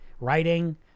Writing